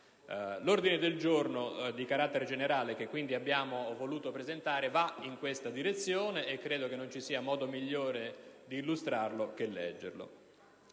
L'ordine del giorno di carattere generale che abbiamo voluto presentare va in questa direzione e credo non vi sia modo migliore di illustrarlo che leggerlo: